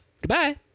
Goodbye